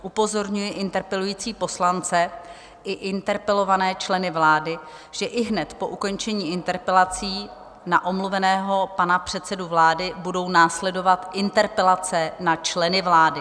Upozorňuji interpelující poslance i interpelované členy vlády, že ihned po ukončení interpelací na omluveného pana předsedu vlády budou následovat interpelace na členy vlády.